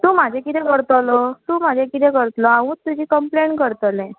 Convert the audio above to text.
तूं म्हाजें किदें करतलो तूं म्हाजें किदें करतलो हांवूच तुजी कंप्लेन करतलें